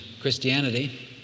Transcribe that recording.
Christianity